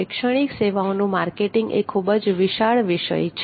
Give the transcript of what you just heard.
શિક્ષણ સેવાઓનું માર્કેટિંગ એ ખૂબ જ વિશાળ વિષય છે